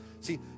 See